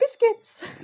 biscuits